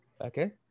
okay